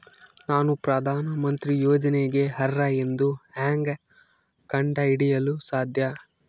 ನಾನು ಪ್ರಧಾನ ಮಂತ್ರಿ ಯೋಜನೆಗೆ ಅರ್ಹ ಎಂದು ಹೆಂಗ್ ಕಂಡ ಹಿಡಿಯಲು ಸಾಧ್ಯ?